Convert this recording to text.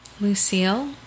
lucille